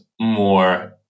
more